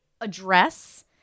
address